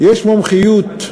יש מומחיות,